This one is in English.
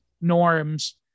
norms